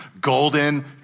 Golden